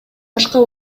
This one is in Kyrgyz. башка